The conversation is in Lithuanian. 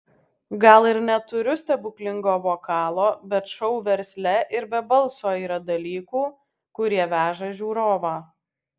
gal ir neturiu stebuklingo vokalo bet šou versle ir be balso yra dalykų kurie veža žiūrovą